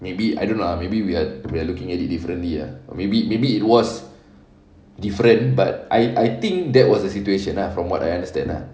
maybe I don't know ah maybe we're we're looking at it differently lah maybe maybe it was different but I I think that was the situation ah from what I understand lah